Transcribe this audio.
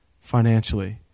financially